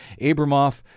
Abramoff